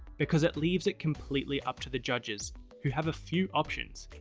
because it leaves it completely up to the judges who have a few options,